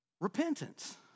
repentance